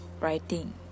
writing